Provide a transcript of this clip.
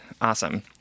Awesome